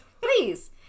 Please